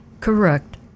Correct